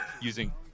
using